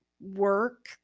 work